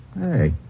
Hey